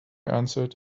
answered